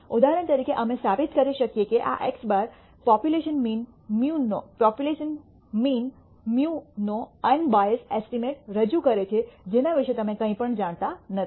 ઉદાહરણ તરીકે અમે સાબિત કરી શકીએ કે આ x̅ પોપ્યુલેશન મીન μ નો અન્બાઇસદ્ એસ્ટીમેટ રજૂ કરે છે જેના વિશે તમે કંઈપણ જાણતા નથી